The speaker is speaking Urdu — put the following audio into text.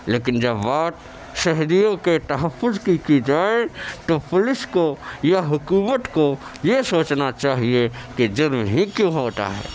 لیکن جب بات شہریوں کے تحفظ کی کی جائے تو پولیس کو یا حکومت کو یہ سوچنا چاہیے کہ جرم ہی کیوں ہوتا ہے